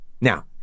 Now